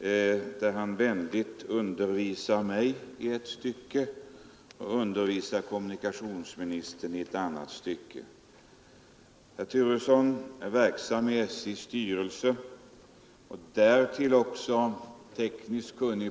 i vilka han vänligt undervisade mig i ett stycke och kommunikationsministern i ett annat. Herr Turesson är verksam i SJ:s styrelse, och därtill är han civilingenjör och alltså tekniskt kunnig.